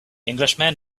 englishman